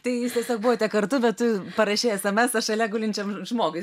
tai jūs tiesiog buvote kartu bet tu parašei esamesą šalia gulinčiam žmogui